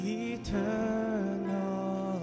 eternal